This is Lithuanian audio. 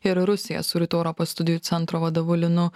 ir rusiją su rytų europos studijų centro vadovu linu